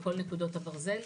בכל נקודות הברזל.